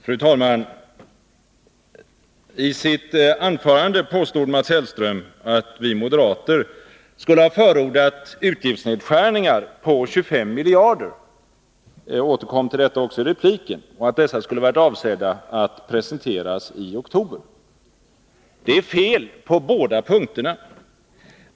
Fru talman! Mats Hellström påstod i sitt huvudanförande — och han återkom till det i sin replik — att vi moderater skulle ha förordat utgiftsnedskärningar på 25 miljarder och att dessa skulle preciseras i oktober. Det är fel på båda punkterna.